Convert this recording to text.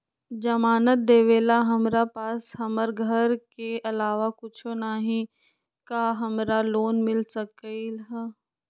जमानत देवेला हमरा पास हमर घर के अलावा कुछो न ही का हमरा लोन मिल सकई ह?